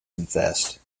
confessed